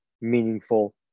meaningful